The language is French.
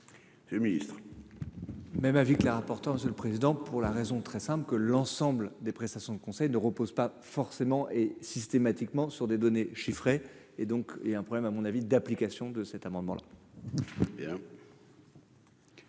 loi. Le ministre. Même avis que le rapporteur Monsieur le président, pour la raison très simple, que l'ensemble des prestations de conseil ne repose pas forcément et systématiquement sur des données chiffrées et donc et un problème, à mon avis d'application de cet amendement. Bien.